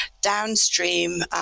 downstream